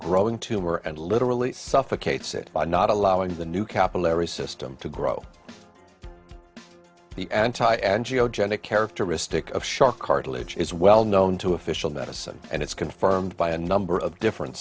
growing tumor and literally suffocates it by not allowing the new capillary system to grow the anti angio gena characteristic of shark cartilage is well known to official medicine and it's confirmed by a number of different